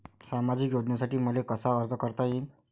सामाजिक योजनेसाठी मले कसा अर्ज करता येईन?